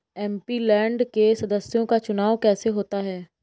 MP land के सदस्यों का चुनाव कैसे होता है?